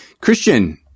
Christian